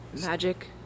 magic